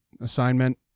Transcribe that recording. assignment